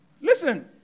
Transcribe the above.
Listen